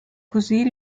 così